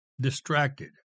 distracted